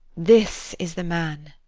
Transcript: this is the man.